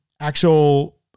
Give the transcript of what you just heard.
actual